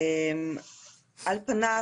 על פניו,